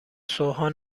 سوهان